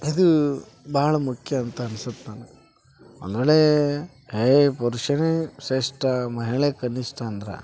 ಅದೂ ಭಾಳ ಮುಖ್ಯ ಅಂತ ಅನ್ಸುತ್ತೆ ನನ್ಗೆ ಒಂದು ವೇಳೆ ಏ ಪುರುಷನೇ ಶ್ರೇಷ್ಠ ಮಹಿಳೆ ಕನಿಷ್ಠ ಅಂದ್ರೆ